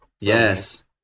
Yes